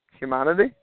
humanity